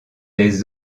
des